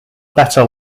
better